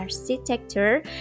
architecture